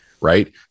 right